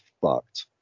fucked